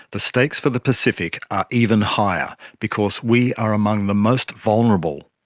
the stakes for the pacific are even higher because we are among the most vulnerable.